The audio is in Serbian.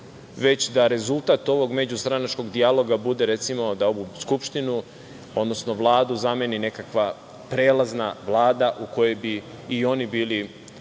već da rezultat ovog međustranačkog dijaloga bude, recimo, da ovu Skupštinu, odnosno Vladu zameni nekakva prelazna Vlada čiji bi i oni bili